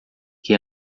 que